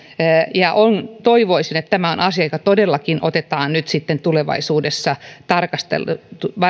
toivoisin että tämä on asia joka todellakin otetaan nyt sitten tulevaisuudessa